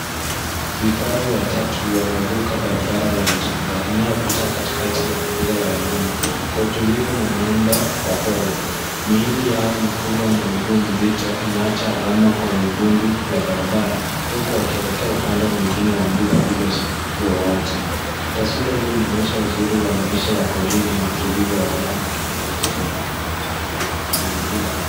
Vifaru watatu wanavuka barabara ya mchanga inayo pita katikati ya mbuga ya wanyama kwa utulivu na mwendo wa pole. Miili yao mikubwa na miguu mizito inaacha alama kwenye vumbi la barabara huku wakielekea upande mwingine wa mbuga bila usumbufu wowote. Taswira hiyo inaonyesha uzuri wa maisha ya porini na utulivu wa wanyama wanapoishi bila bugudha.